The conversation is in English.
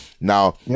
Now